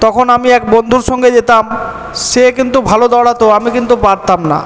তখন আমি এক বন্ধুর সঙ্গে যেতাম সে কিন্তু ভালো দৌড়াতো আমি কিন্তু পারতাম না